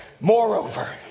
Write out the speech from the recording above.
Moreover